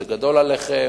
זה גדול עליכם.